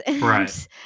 Right